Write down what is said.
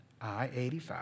I-85